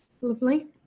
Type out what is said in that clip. lovely